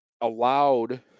allowed